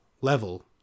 level